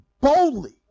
boldly